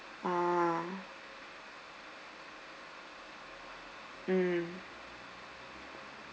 ah mm